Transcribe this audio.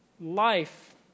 Life